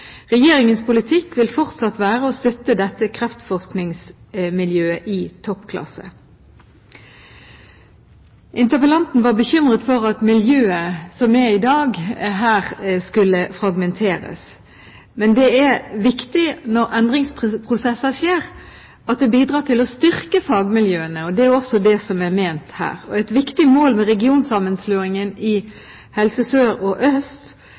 Regjeringens politikk vil fortsatt være å støtte dette kreftforskningsmiljøet i toppklasse. Interpellanten var bekymret for at miljøet som er i dag, skulle fragmenteres. Når endringsprosesser skjer, er det viktig at det bidrar til å styrke fagmiljøene, og det er også det som er ment her. Et viktig mål med regionsammenslåingen av Helse Sør og Helse Øst